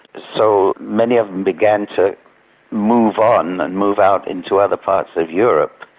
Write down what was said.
so many of them began to move on and move out into other parts of europe.